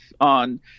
on